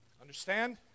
Understand